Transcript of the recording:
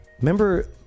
remember